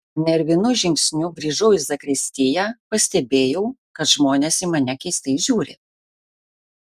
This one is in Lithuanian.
nervinu žingsniu grįžau į zakristiją pastebėjau kad žmonės į mane keistai žiūri